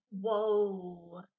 Whoa